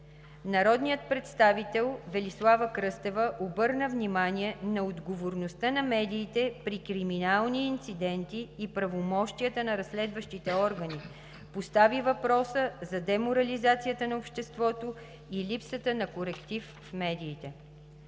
Народният представител Велислава Кръстева обърна внимание на отговорността на медиите при криминални инциденти и правомощията на разследващите органи. Постави въпроса и за деморализацията на обществото и липсата на коректив в медиите.